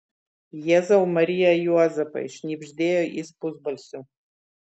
jėzau marija juozapai šnibždėjo jis pusbalsiu